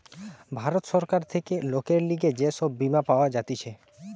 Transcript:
ভারত সরকার থেকে লোকের লিগে যে সব বীমা পাওয়া যাতিছে